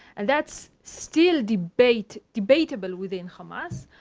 and that's still debatable debatable within hamas.